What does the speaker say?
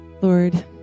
Lord